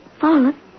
fallen